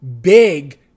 Big